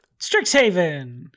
Strixhaven